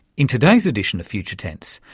in today's edition of future tense,